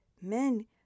men